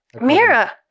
Mira